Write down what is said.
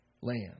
land